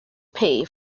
pay